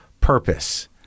purpose